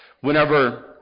Whenever